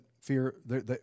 fear